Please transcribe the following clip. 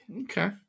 Okay